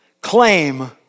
claim